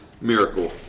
miracle